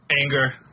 Anger